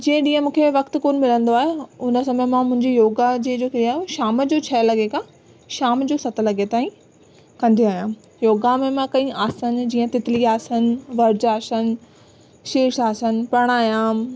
जें ॾींहं मूंखे वक़्त कोन मिलंदो आहे हुन समय मां मुंहिंजी योगा जी जो क्रिया आहे शाम जो छह लॻे खां शाम जो सत लॻे तांईं कंदी आहियां योगा में मां कई आसन जीअं तितली आसन वर्जआसन शिर्षआसन प्राणायाम